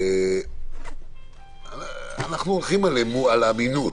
אנחנו הולכים על אמינות.